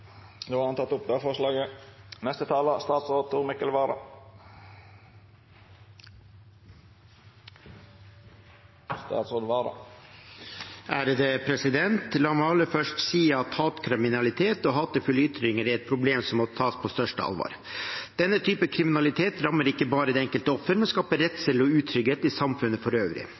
La meg aller først si at hatkriminalitet og hatefulle ytringer er et problem som må tas på største alvor. Denne typen kriminalitet rammer ikke bare det enkelte offer, men skaper redsel og utrygghet i samfunnet for øvrig.